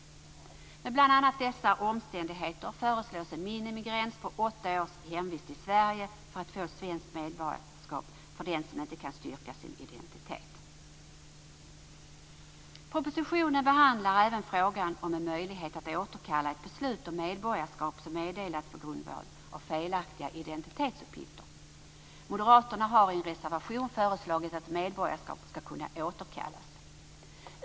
Utifrån bl.a. dessa omständigheter föreslås en minimigräns på åtta års hemvist i Sverige för att få svenskt medborgarskap för den som inte kan styrka sin identitet. Propositionen behandlar även frågan om möjlighet att återkalla ett beslut om medborgarskap som meddelats på grundval av felaktiga identitetsuppgifter. Moderaterna har i en reservation föreslagit att medborgarskap skall kunna återkallas.